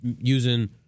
using